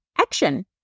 action